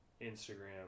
Instagram